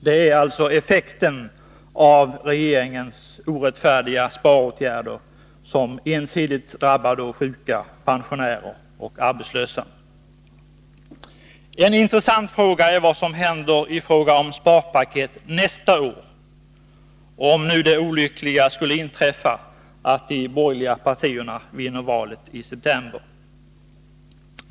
Det är effekten av regeringens orättfärdiga sparåtgärder, som ensidigt drabbar sjuka, pensionärer och arbetslösa. Enintressant fråga är vad som händer i fråga om sparpaket nästa år, om nu det olyckliga skulle inträffa att de borgerliga partierna vinner valet i september.